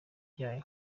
ryayo